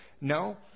No